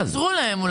או שתעזרו להם.